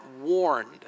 warned